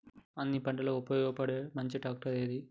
అన్ని పంటలకు ఉపయోగపడే మంచి ట్రాక్టర్ ఏది?